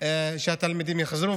שהתלמידים יחזרו.